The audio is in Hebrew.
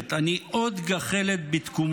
"אני עוד גחלת בתקומה".